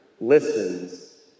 listens